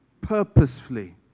purposefully